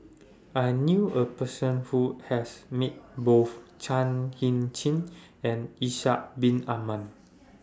I knew A Person Who has Met Both Chan Heng Chee and Ishak Bin Ahmad